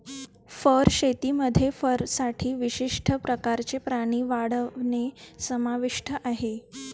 fur शेतीमध्ये फरसाठी विशिष्ट प्रकारचे प्राणी वाढवणे समाविष्ट आहे